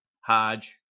Hodge